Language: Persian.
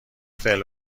فعل